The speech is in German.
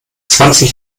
zwanzig